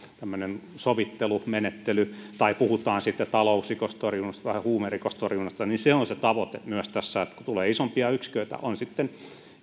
tämmöinen sovittelumenettely tai puhutaan talousrikostorjunnasta tai huumerikostorjunnasta se on se tavoite myös tässä että kun tulee isompia yksiköitä on sitten